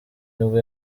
nibwo